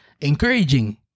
encouraging